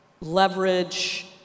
leverage